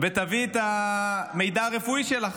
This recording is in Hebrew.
ותביאי את המידע הרפואי שלך.